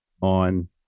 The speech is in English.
on